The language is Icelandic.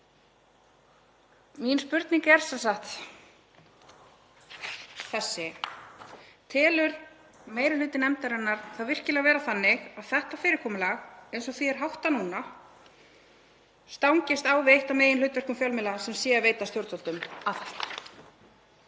Mín spurning er sem sagt þessi: Telur meiri hluti nefndarinnar það virkilega vera þannig að þetta fyrirkomulag eins og því er háttað núna stangist á við eitt af meginhlutverkum fjölmiðla sem sé að veita stjórnvöldum aðhald?